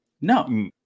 No